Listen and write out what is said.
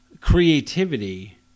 creativity